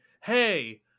hey